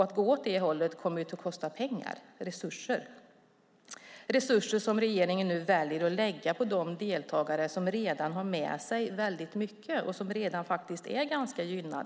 Att gå åt det hållet kommer att kosta pengar, kräva resurser som regeringen nu väljer att lägga på de deltagare som redan har mycket med sig och redan är ganska gynnade.